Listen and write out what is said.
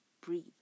Breathe